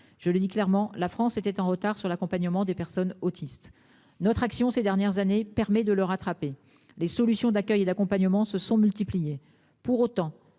Je le dis clairement, la France était en retard sur l'accompagnement des personnes autistes. Notre action ces dernières années permet de le rattraper. Les solutions d'accueil et d'accompagnement se sont multipliées pour autant